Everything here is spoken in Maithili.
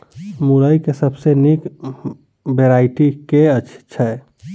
मुरई केँ सबसँ निक वैरायटी केँ छै?